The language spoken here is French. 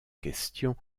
question